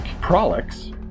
prolix